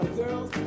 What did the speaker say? girls